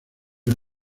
les